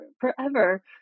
forever